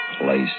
Place